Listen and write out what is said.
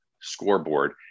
scoreboard